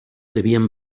debían